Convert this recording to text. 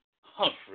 Humphrey